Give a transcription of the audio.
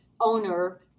owner